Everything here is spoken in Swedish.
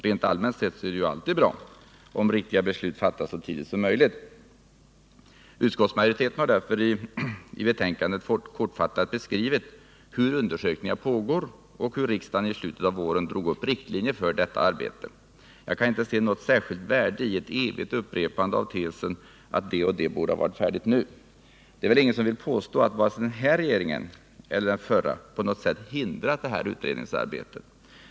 Rent allmänt sett är det alltid bra om riktiga beslut fattas så tidigt som möjligt. Utskottsmajoriteten har därför i betänkandet kortfattat beskrivit hur undersökningar pågår och hur riksdagen i slutet av våren drog upp riktlinjer för detta arbete. Jagkan Nr 52 inte se något särskilt värde i ett evigt upprepande av tesen att det och det borde ha varit färdigt nu. Det är väl ingen som vill påstå att vare sig den här regeringen eller den förra på något sätt har hindrat detta utredningsarbete.